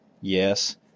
Yes